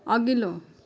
अघिल्लो